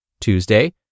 Tuesday